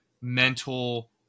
mental